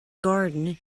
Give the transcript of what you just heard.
garden